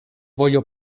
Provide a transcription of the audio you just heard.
voglio